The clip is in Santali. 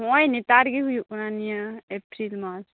ᱱᱚᱜᱼᱚᱸᱭ ᱱᱮᱛᱟᱨ ᱜᱮ ᱦᱩᱭᱩᱜ ᱠᱟᱱᱟ ᱱᱤᱭᱟᱹ ᱮᱯᱨᱤᱞ ᱢᱟᱥ